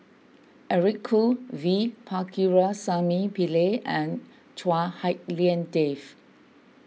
Eric Khoo V Pakirisamy Pillai and Chua Hak Lien Dave